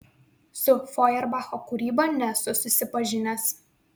su fojerbacho kūryba nesu susipažinęs